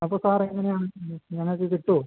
അപ്പോൾ സാറെങ്ങനെയാണ് ഇത് ഞങ്ങൾക്ക് കിട്ടുമോ